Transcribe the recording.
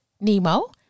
Nemo